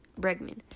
Bregman